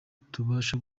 tubasha